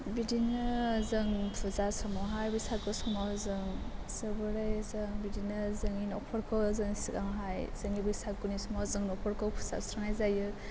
बिदिनो जों फुजा समावहाय बैसागु समाव जों जोबोरै जों बिदिनो जोंनि नख'रखौ जों सिगांआवहाय बैसागुनि समाव न'खरखौ फोसाबस्रांनाय जायो